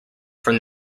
from